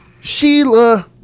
Sheila